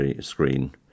screen